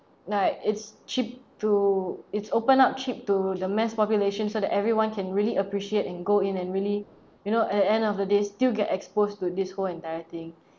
like it's cheap to it's open up cheap to the mass population so that everyone can really appreciate and go in and really you know at the end of the day still get exposed to this whole entire thing